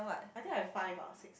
I think I have five or six